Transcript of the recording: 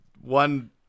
one